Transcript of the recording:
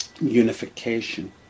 unification